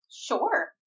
Sure